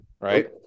Right